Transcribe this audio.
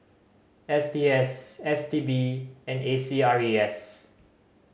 S T S S T B and A C R E S